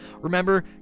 Remember